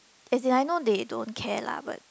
as in I know they don't care lah but